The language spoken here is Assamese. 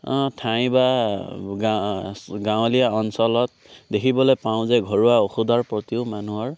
ঠাই বা গা গাৱলীয়া অঞ্চলত দেখিবলৈ পাওঁ যে ঘৰুৱা ঔষধৰ প্ৰতিও মানুহৰ